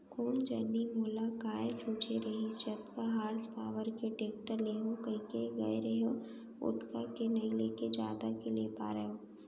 कोन जनी मोला काय सूझे रहिस जतका हार्स पॉवर के टेक्टर लेहूँ कइके गए रहेंव ओतका के नइ लेके जादा के ले पारेंव